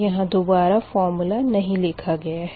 यहाँ दुबारा फ़ोर्मूला नही लिखा गया है